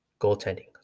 goaltending